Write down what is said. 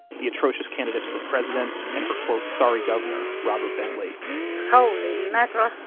the atrocious candidates for president, and her quote, sorry governor, robert bentley holy mackerel,